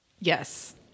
Yes